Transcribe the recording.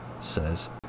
says